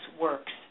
works